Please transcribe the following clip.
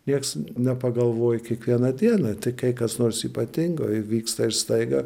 nieks nepagalvoji kiekvieną dieną tik kai kas nors ypatingo įvyksta ir staiga